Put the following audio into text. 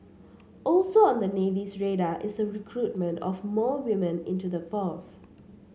also on the Navy's radar is the recruitment of more women into the force